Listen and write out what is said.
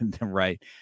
right